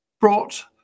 brought